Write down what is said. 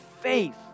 faith